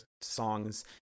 songs